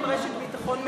רשת ביטחון חברתית.